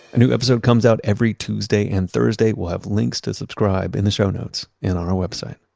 new episode comes out every tuesday and thursday. we'll have links to subscribe in the show notes and on our website